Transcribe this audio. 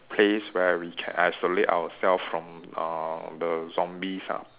place where we can isolate ourselves from uh the zombies ah